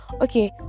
okay